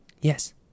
Yes